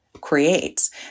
creates